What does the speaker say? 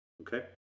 okay